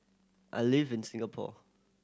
I live in Singapore